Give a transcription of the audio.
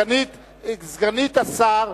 סגנית השר,